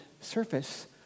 surface